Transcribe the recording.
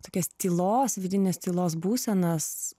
tokias tylos vidinės tylos būsenas